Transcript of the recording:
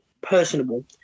personable